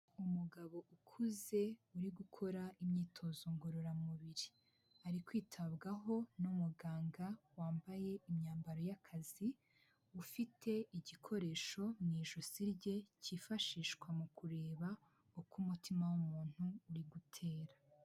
Umugabo ukuze uri gukora imyitozo ngororamubiri, ari kwitabwaho n'umuganga wambaye imyambaro y'akazi, ufite igikoresho mu ijosi rye cyifashishwa mu kureba uko umutima w'umuntu uri gutera.